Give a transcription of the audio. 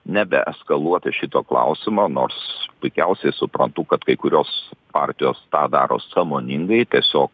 nebeeskaluoti šito klausimo nors puikiausiai suprantu kad kai kurios partijos tą daro sąmoningai tiesiog